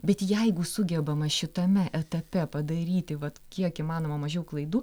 bet jeigu sugebama šitame etape padaryti vat kiek įmanoma mažiau klaidų